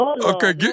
Okay